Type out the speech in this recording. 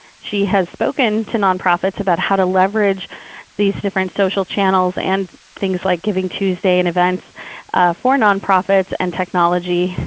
she has spoken to nonprofits about how to leverage these different social channels, and things like giving tuesday, and events for nonprofits, and technology,